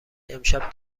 امشب